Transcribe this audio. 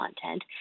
content